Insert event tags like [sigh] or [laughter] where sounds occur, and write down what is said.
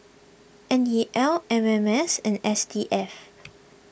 N E L M M S and S D F [noise]